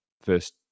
first